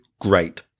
great